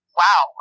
wow